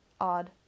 Odd